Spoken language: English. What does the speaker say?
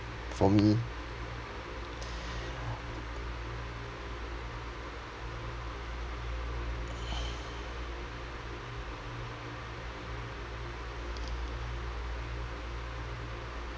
for me